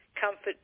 comfort